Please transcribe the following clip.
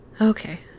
Okay